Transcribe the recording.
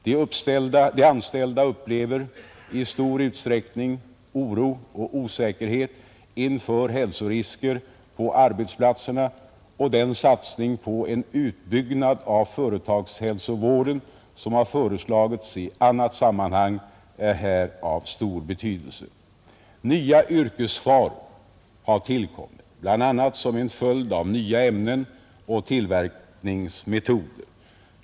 De anställda upplever i stor utsträckning oro och osäkerhet inför hälsorisker på arbetsplatserna, och den satsning på en utbyggnad av företagshälsovården som har föreslagits i annat sammanhang är här av stor betydelse. Nya yrkesfaror har tillkommit bl.a. som en följd av nya ämnen och tillverkningsmetoder.